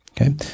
okay